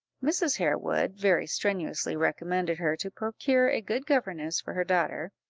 mrs. harewood very strenuously recommended her to procure a good governess for her daughter,